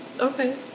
okay